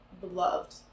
beloved